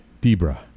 Debra